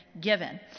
given